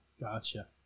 Gotcha